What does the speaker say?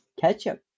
ketchup